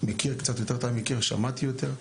מכיר קצת יותר, שמעתי קצת יותר,